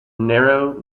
narrow